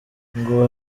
ngo